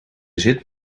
zit